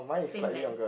same length